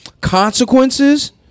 consequences